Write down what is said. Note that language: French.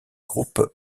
groupe